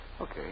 Okay